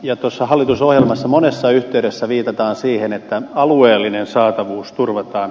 tuossa hallitusohjelmassa monessa yhteydessä viitataan siihen että alueellinen saatavuus turvataan